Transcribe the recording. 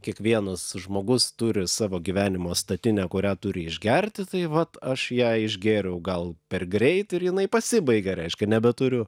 kiekvienas žmogus turi savo gyvenimo statinę kurią turi išgerti tai vat aš ją išgėriau gal per greit ir jinai pasibaigė reiškia nebeturiu